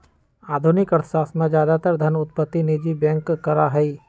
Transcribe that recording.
आधुनिक अर्थशास्त्र में ज्यादातर धन उत्पत्ति निजी बैंक करा हई